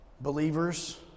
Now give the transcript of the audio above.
Believers